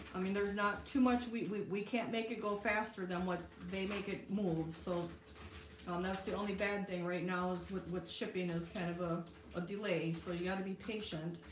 i mean, there's not too much. we we can't make it go faster than what they make it move. so and um that's the only bad thing right now is with with shipping is kind of ah a delay so you got to be patient